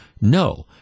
no